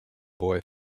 boy